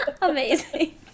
Amazing